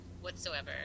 whatsoever